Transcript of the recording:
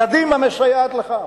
קדימה מסייעת לכך.